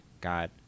God